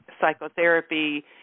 psychotherapy